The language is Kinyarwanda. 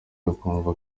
akumva